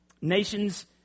Nations